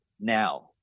now